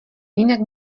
jinak